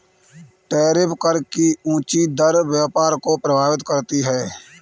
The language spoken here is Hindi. टैरिफ कर की ऊँची दर व्यापार को प्रभावित करती है